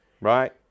Right